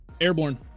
airborne